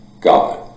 God